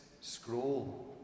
scroll